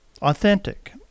authentic